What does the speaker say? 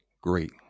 great